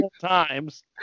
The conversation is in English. times